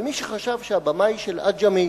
אבל מי שחשב שהבמאי של "עג'מי"